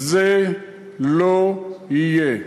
זה לא יהיה,